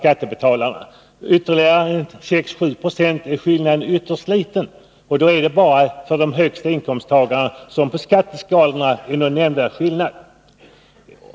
För ytterligare 6 å 7 90 blir skillnaden ytterst liten. Alltså är det bara för de högsta inkomsttagarna som det blir någon nämnvärd förändring.